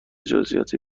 جزییات